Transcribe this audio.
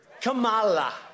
Kamala